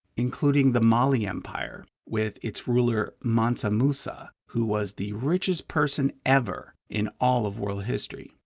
including the mali empire with its ruler mansa musa, who was the richest person ever in all of world history.